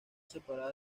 separada